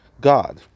God